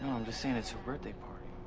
i'm just saying, it's her birthday party,